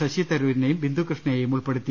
ശശിതരൂരിനെയും ബിന്ദുകൃഷ്ണയെയും ഉൾപ്പെടു ത്തി